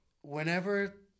whenever